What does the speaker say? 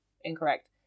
Incorrect